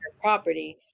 property